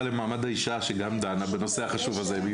לקידום מעמד האישה שגם דנה בנושא החשוב הזה.